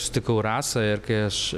sutikau rasą ir kai aš